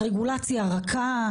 של רגולציה רכה,